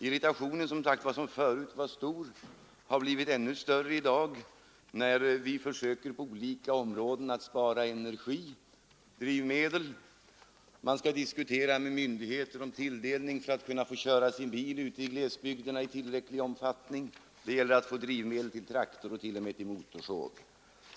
Irritationen, vilken som sagts förut var stor, har blivit ännu större i dag när vi försöker att på olika områden spara energi och drivmedel. Man skall diskutera med myndigheter om tilldelning för att kunna få köra sin bil ute i glesbygderna i tillräcklig omfattning. Det gäller att få drivmedel till traktor och t.o.m. till motorsåg.